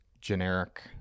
generic